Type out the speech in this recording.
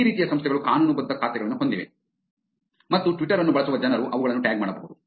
ಈ ರೀತಿಯ ಸಂಸ್ಥೆಗಳು ಕಾನೂನುಬದ್ಧ ಖಾತೆಗಳನ್ನು ಹೊಂದಿವೆ ಮತ್ತು ಟ್ವಿಟ್ಟರ್ ಅನ್ನು ಬಳಸುವ ಜನರು ಅವುಗಳನ್ನು ಟ್ಯಾಗ್ ಮಾಡಬಹುದು